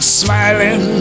smiling